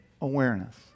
awareness